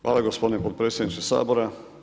Hvala gospodine potpredsjedniče Sabora.